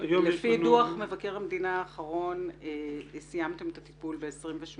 לפי דוח מבקר המדינה האחרון סיימתם את הטיפול ב-28